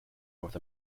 north